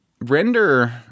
render